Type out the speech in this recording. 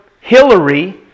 Hillary